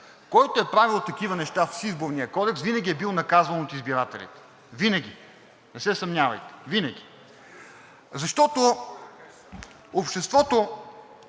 който е правил такива неща с Изборния кодекс, винаги е бил наказван от избирателите. Винаги! Не се съмнявайте, винаги! Защото обществото